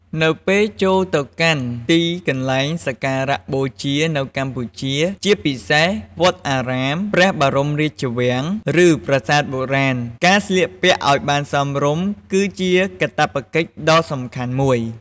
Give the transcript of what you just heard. នៅពេលចូលទៅកាន់ទីកន្លែងសក្ការៈបូជានៅកម្ពុជា ជាពិសេស វត្តអារាម ព្រះបរមរាជវាំង ឬប្រាសាទបុរាណ ការស្លៀកពាក់ឲ្យបានសមរម្យ គឺជាកាតព្វកិច្ចដ៏សំខាន់មួយ។